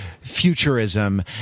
futurism